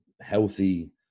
healthy